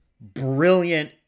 brilliant